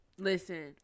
Listen